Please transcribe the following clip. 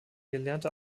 gelernte